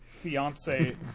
fiance